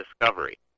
discovery